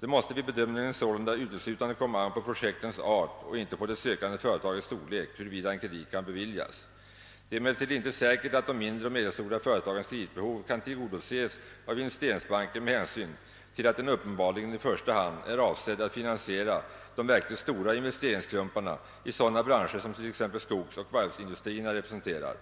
Det måste vid bedömningen sålunda uteslutande komma an på projektens art och inte på det sökande företagets storlek, huruvida en kredit kan beviljas. Det är emellertid icke säkert att de mindre och medelstora företagens kreditbehov kan tillgodoses av investeringsbanken med hän syn till att den uppenbarligen i första hand är avsedd att finansiera de verkligt stora investeringsklumparna i sådana branscher som t.ex. skogsoch varvsindustrierna representerar.